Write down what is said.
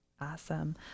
Awesome